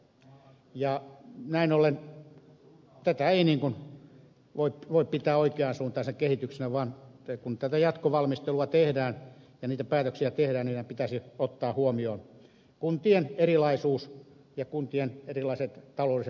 näin ollen tätä ei voi pitää oikean suuntaisena kehityksenä vaan kun tätä jatkovalmistelua ja niitä päätöksiä tehdään pitäisi ottaa huomioon kuntien erilaisuus ja kuntien erilaiset taloudelliset mahdollisuudet